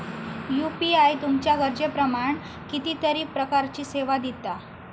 UPI तुमच्या गरजेप्रमाण कितीतरी प्रकारचीं सेवा दिता